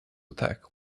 attack